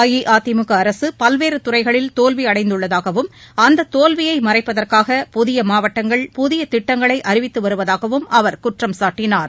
அஇஅதிமுக அரசு பல்வேறு துறைகளில் தோல்வி அடைந்துள்ளதாகவும் அந்தத் தோல்வியை மறைப்பதற்காக புதிய மாவட்டங்கள் புதிய திட்டங்களை அறிவித்து வருவதாகவும் அவர் குற்றம் சாட்டனார்